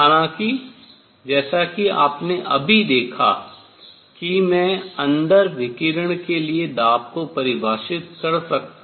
हालाँकि जैसा कि आपने अभी देखा कि मैं अंदर विकिरण के लिए दाब को परिभाषित कर सकता हूँ